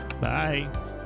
bye